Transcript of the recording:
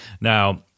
Now